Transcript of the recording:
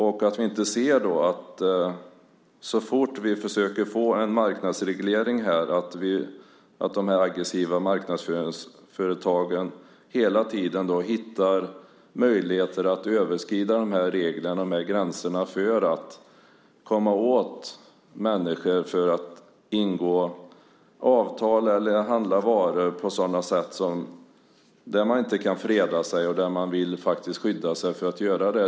Det får inte bli så att de aggressiva marknadsföringsföretagen, så fort vi försöker åstadkomma en marknadsreglering, hela tiden hittar möjligheter att överskrida gränserna när det gäller att komma åt människor som ska ingå avtal eller handla varor utan möjlighet att freda och skydda sig från att göra det.